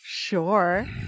Sure